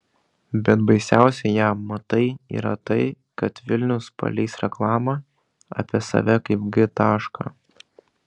bet baisiausia jam matai yra tai kad vilnius paleis reklamą apie save kaip g tašką